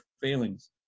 failings